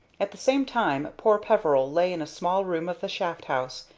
at the same time poor peveril lay in a small room of the shaft-house,